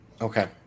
Okay